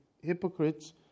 hypocrites